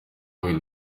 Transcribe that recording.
will